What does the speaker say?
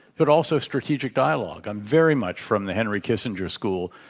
but also strategic dialogue. i'm very much from the henry kissinger school,